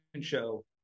show